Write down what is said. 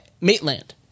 Maitland